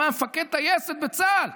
הבן אדם היה מפקד טייסת בצה"ל,